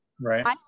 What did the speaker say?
Right